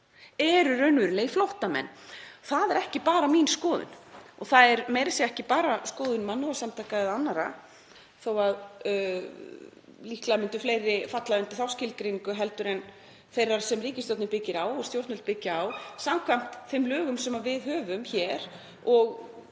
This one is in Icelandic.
eru raunverulegir flóttamenn. Það er ekki bara mín skoðun og það er meira að segja ekki bara skoðun mannúðarsamtaka eða annarra, þótt líklega myndu fleiri falla undir þá skilgreiningu heldur en þá sem ríkisstjórnin byggir á og stjórnvöld byggja á, því að samkvæmt þeim lögum sem við höfum hér og